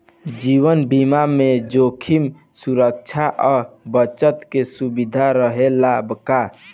जीवन बीमा में जोखिम सुरक्षा आ बचत के सुविधा रहेला का?